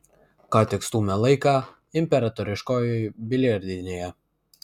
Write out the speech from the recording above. ką tik stūmė laiką imperatoriškojoj biliardinėje